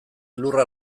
lurra